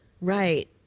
Right